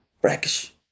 Brackish